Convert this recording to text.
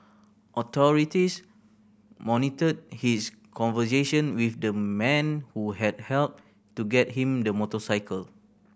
authorities monitored his conversation with the man who had helped to get him the motorcycle